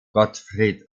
gottfried